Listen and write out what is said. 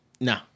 No